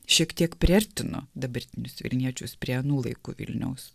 šiek tiek priartino dabartinius vilniečius prie anų laikų vilniaus